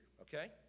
okay